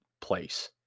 place